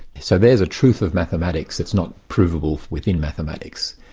so there's a truth of mathematics that's not provable within mathematics.